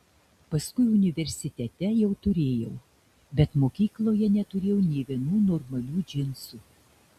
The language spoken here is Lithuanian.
paskui universitete jau turėjau bet mokykloje neturėjau nė vienų normalių džinsų